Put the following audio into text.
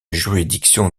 juridiction